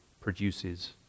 produces